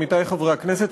עמיתי חברי הכנסת,